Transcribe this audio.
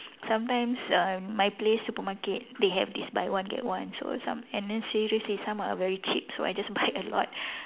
sometimes err my place supermarket they have this buy one get one so some and then seriously some are very cheap so I just buy a lot